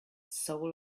soul